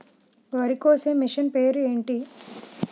వరి కోసే మిషన్ పేరు ఏంటి